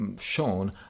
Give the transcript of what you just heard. shown